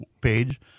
page